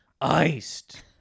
iced